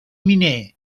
miner